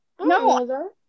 No